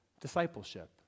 discipleship